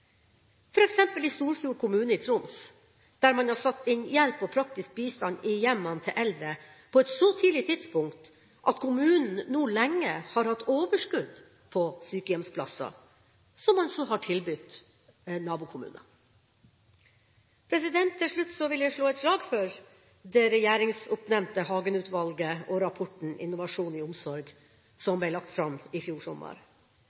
f.eks. i Storfjord kommune i Troms, der man satte inn hjelp og praktisk bistand i hjemmene til eldre på et så tidlig tidspunkt at kommunen lenge har hatt overskudd på sykehjemsplasser – som man så har tilbudt nabokommunene. Til slutt vil jeg slå et slag for det regjeringsoppnevnte Hagen-utvalget og rapporten «Innovasjon i omsorg», som ble lagt fram i fjor sommer.